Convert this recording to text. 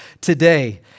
today